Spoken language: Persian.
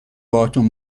باهاتون